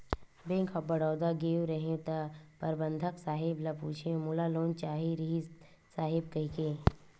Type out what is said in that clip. bank of Baroda गेंव रहेव त परबंधक साहेब ल पूछेंव मोला लोन चाहे रिहिस साहेब कहिके